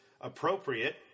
appropriate